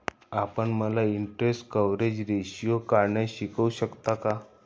आपण मला interest coverage ratio काढण्यास शिकवू शकता का?